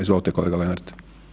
Izvolite kolega Lenart.